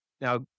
Now